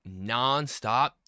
nonstop